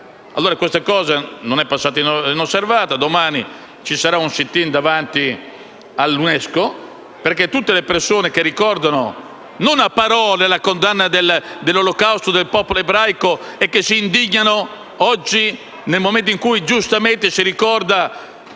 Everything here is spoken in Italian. Questa cosa non è passata inosservata. Domani ci sarà un *sit-in* davanti all'UNESCO. Tutte le persone, che ricordano non a parole la condanna dell'Olocausto del popolo ebraico, si indignano oggi nel momento in cui si ricorda